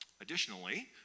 Additionally